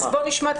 אז בואו נשמע.